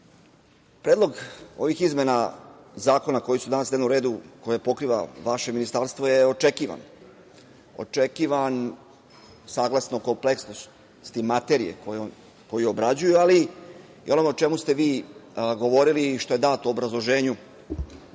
predlog ovih izmena zakona koji su danas na dnevnom redu koje pokriva vaše ministarstvo je očekivano. Očekivano, saglasno kompleksnosti materije koju obrađuju, ali ono o čemu ste vi govorili i što je dato u obrazloženju